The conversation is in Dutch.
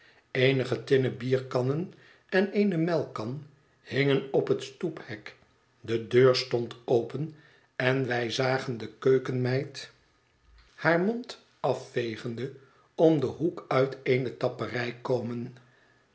eenige tinnen bierkannen en eene melkkan hingen op het stoephek de deur stond open en wij zagen de keukenmeid haar mond afvegende om den hoek uit eene tapperij komen